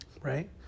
right